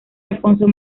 alfonso